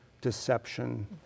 deception